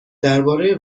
درباره